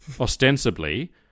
ostensibly